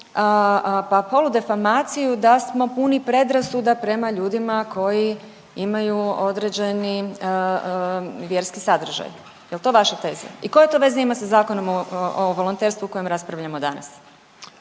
pa poludifamaciju da smo puni predrasuda prema ljudima koji imaju određeni vjerski sadržaj. Je li to vaša teza i koje to veze ima sa Zakonom o volonterstvu o kojem raspravljamo danas?